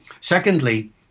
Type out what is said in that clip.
Secondly